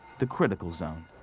the critical zone.